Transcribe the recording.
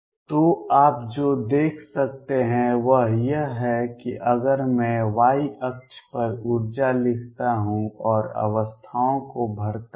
तो आप जो देख सकते हैं वह यह है कि अगर मैं y अक्ष पर ऊर्जा लिखता हूं और अवस्थाओं को भरता हूं